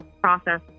process